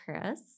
Chris